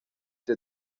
der